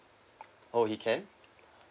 oh he can